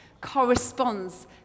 corresponds